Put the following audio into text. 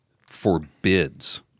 forbids